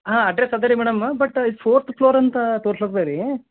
ಹಾಂ ಅಡ್ರೆಸ್ ಅದೇ ರೀ ಮೇಡಮ್ಮ ಬಟ ಇದು ಫೋರ್ತ್ ಪ್ಲೋರ್ ಅಂತ ತೋರ್ಸತ್ತದೆ ರೀ